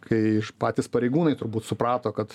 kai patys pareigūnai turbūt suprato kad